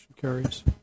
carries